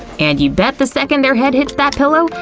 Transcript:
and you bet the second their head hits that pillow,